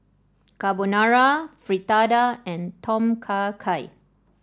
Carbonara Fritada and Tom Kha Gai